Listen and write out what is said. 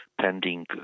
pending